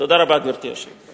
תודה רבה, גברתי היושבת-ראש.